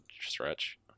stretch